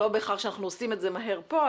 לא בהכרח שאנחנו עושים את זה מהר פה,